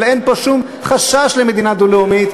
אבל אין פה שום חשש למדינה דו-לאומית,